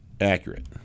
accurate